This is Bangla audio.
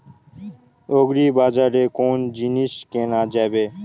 আগ্রিবাজারে কোন জিনিস কেনা যাবে?